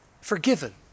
forgiven